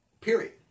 period